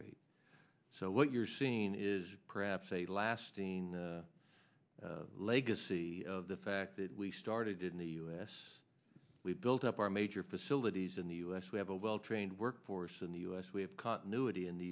rate so what you're seeing is perhaps a lasting legacy of the fact that we started in the u s we've built up our major facilities in the u s we have a well trained workforce in the u s we have continuity in the